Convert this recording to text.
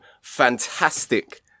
Fantastic